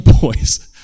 boys